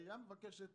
העירייה מבקשת